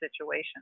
situation